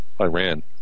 Iran